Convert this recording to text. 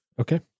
Okay